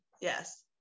yes